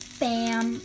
bam